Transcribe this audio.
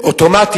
אוטומטי,